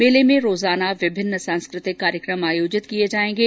मेले में रोजाना विभिन्न सांस्कृतिक कार्यक्रम आयोजित किए जाएंगे